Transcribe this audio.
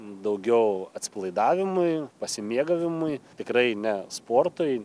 daugiau atsipalaidavimui pasimėgavimui tikrai ne sportui